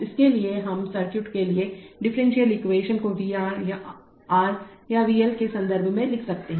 उसके लिए हम सर्किट के लिए डिफरेंशियल एक्वेशन को V R आर या V L के संदर्भ में लिख सकते हैं